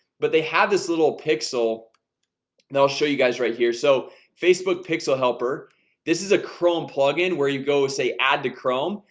but they have this little pixel and i'll show you guys right here so facebook pixel helper this is a chrome plug-in where you go say add to chrome.